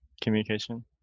communication